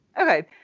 Okay